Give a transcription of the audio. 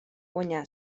guanyà